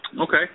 Okay